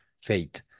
fate